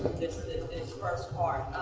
this first part